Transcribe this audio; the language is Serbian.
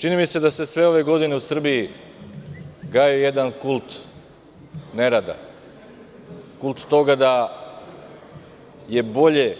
Čini mi se da se sve ove godine u Srbiji gajio jedan kult nerada, kult toga da je bolje